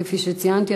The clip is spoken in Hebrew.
כפי שציינתי,